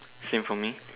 same for me